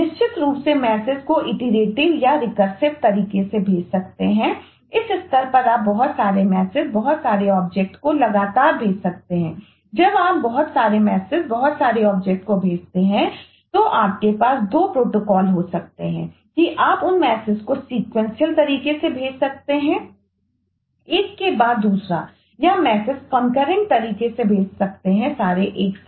निश्चित रूप से मैसेज तरीके से भी सकते हैं सारे एक साथ